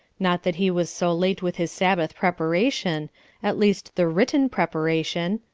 not that he was so late with his sabbath preparation at least the written preparation.